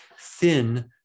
thin